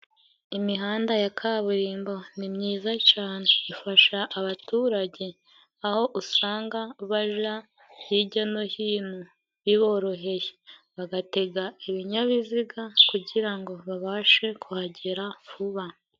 Imihanda ya kaburimbo ni myiza cane, ifasha abaturage aho usanga baja hijya no hino biboroheye bagatega ibinyabiziga kugira ngo babashe kuhagera vuba.